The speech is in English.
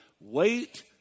Wait